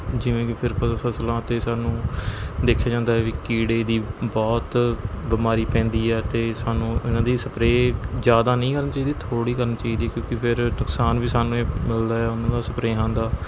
ਜਿਵੇਂ ਕਿ ਫਿਰ ਫਸ ਫਸਲਾਂ 'ਤੇ ਸਾਨੂੰ ਦੇਖਿਆ ਜਾਂਦਾ ਹੈ ਵੀ ਕੀੜੇ ਦੀ ਬਹੁਤ ਬਿਮਾਰੀ ਪੈਂਦੀ ਹੈ ਅਤੇ ਸਾਨੂੰ ਇਨ੍ਹਾਂ ਦੀ ਸਪਰੇਅ ਜ਼ਿਆਦਾ ਨਹੀਂ ਕਰਨੀ ਚਾਹੀਦੀ ਥੋੜ੍ਹੀ ਕਰਨੀ ਚਾਹੀਦੀ ਕਿਉਂਕਿ ਫਿਰ ਨੁਕਸਾਨ ਵੀ ਸਾਨੂੰ ਹੀ ਮਿਲਦਾ ਹੈ ਉਨ੍ਹਾਂ ਦਾ ਸਪਰੇਹਾਂ ਦਾ